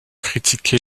critiqué